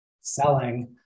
Selling